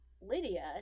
Lydia